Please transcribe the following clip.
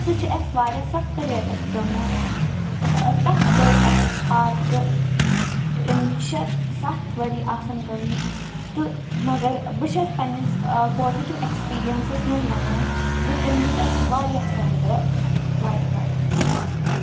سُہ چھُ اَسہِ واریاہ سَستہٕ ریٹَس پیوٚمُت تَتھ گٔے اَسہِ آزٕ شےٚ سَتھ ؤری آسَن گٔمٕتۍ تہٕ مگر بہٕ چھَس پنٛنِس پازِٹِو اٮ۪کٕسپیٖریَنسَس منٛز وَنان زِ تٔمۍ دیُت اَسہِ واریاہ فٲہِدٕ واریاہ واریاہ فٲہِدٕ دیُت تٔمۍ